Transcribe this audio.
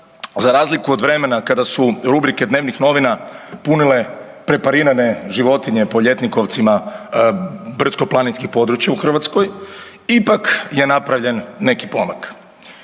za razliku od vremena kada su rubrike dnevnih novina punile preparirane životinje po ljetnikovcima brdsko-planinska područja u Hrvatskoj, ipak je napravljen neki pomak.